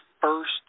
first